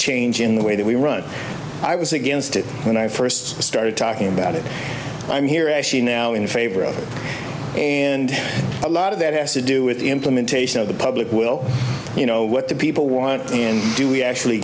change in the way that we run i was against it when i first started talking about it i'm here actually now in favor of it and a lot of that has to do with implementation of the public will you know what the people want to do we actually